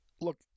look